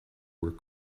were